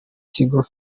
kigo